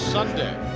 Sunday